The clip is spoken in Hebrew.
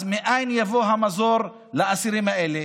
אז מאין יבוא המזור לאסירים האלה?